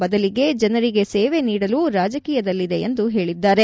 ಬದಲಿಗೆ ಜನರಿಗೆ ಸೇವೆ ನೀಡಲು ರಾಜಕೀಯದಲ್ಲಿದೆ ಎಂದು ಹೇಳಿದ್ದಾರೆ